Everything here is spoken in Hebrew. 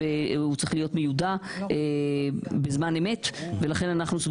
והוא צריך להיות מיודע בזמן אמת ולכן אנחנו סבורים